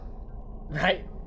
Right